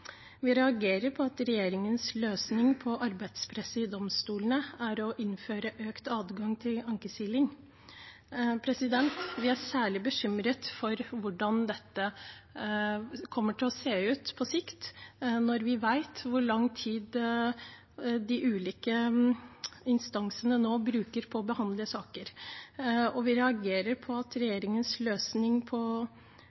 Vi reagerer på at regjeringens løsning på arbeidspresset i domstolene er å innføre økt adgang til ankesiling. Vi er særlig bekymret for hvordan dette kommer til å se ut på sikt, når vi vet hvor lang tid de ulike instansene nå bruker på å behandle saker. Vi reagerer på